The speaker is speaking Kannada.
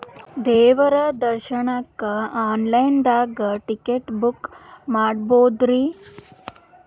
ದೇವ್ರ ದರ್ಶನಕ್ಕ ಆನ್ ಲೈನ್ ದಾಗ ಟಿಕೆಟ ಬುಕ್ಕ ಮಾಡ್ಬೊದ್ರಿ?